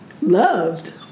Loved